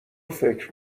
فکر